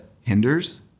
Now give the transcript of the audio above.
hinders